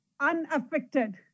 unaffected